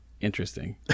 interesting